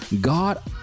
God